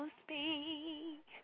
speak